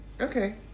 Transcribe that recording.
Okay